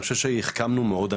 אני חושב שהחכמנו מאוד.